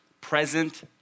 present